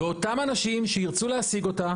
ואותם אנשים שירצו להשיג אותה,